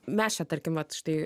mes čia tarkim vat štai